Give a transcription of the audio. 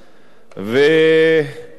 ובאמת,